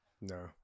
No